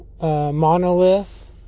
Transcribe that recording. Monolith